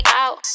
out